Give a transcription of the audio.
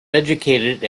educated